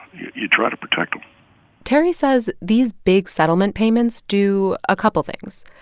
you you try to protect them terry says these big settlement payments do a couple things.